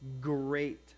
great